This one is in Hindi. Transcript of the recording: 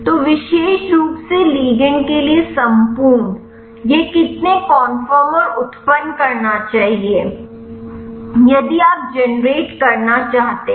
तो विशेष रूप से लिगंड के लिए संपूर्ण यह कितने कन्फर्मर उत्पन्न करना चाहिए यदि आप जनरेट करना चाहते हैं